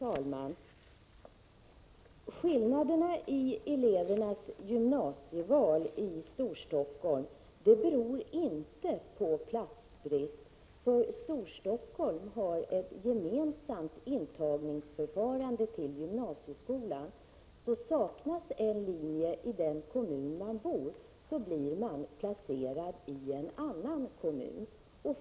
Fru talman! Skillnaderna i elevernas gymnasieval i Storstockholm beror inte på platsbrist, eftersom Storstockholm har ett gemensamt intagningsförfarande när det gäller gymnasieskolan. Saknas en linje i den kommun där man bor, blir man placerad i annan kommun.